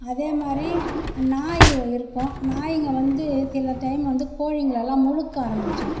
அதே மாதிரி நாய் இருக்கும் நாய்ங்க வந்து சில டைம் வந்து கோழிகள் எல்லாம் முழுக்க ஆரம்பிச்சிரும்